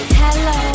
hello